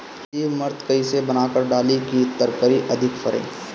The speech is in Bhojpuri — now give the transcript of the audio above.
जीवमृत कईसे बनाकर डाली की तरकरी अधिक फरे?